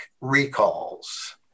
recalls